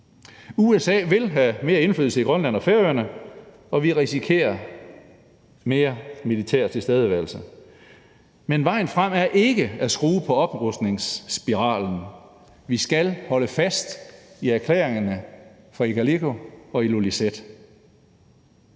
USA vil have mere indflydelse i Grønland og Færøerne, og vi risikerer mere militær tilstedeværelse. Men vejen frem er ikke at skrue på oprustningsspiralen. Vi skal holde fast i erklæringerne fra Igaliku og Ilulissat.